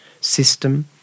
system